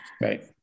Right